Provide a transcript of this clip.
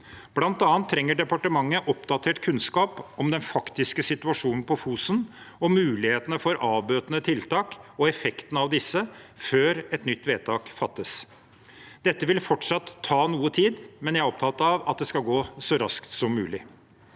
Blant annet trenger departementet oppdatert kunnskap om den faktiske situasjonen på Fosen og mulighetene for avbøtende tiltak og effekten av disse, før et nytt vedtak fattes. Dette vil fortsatt ta noe tid, men jeg er opptatt av at det skal gå så raskt som mulig.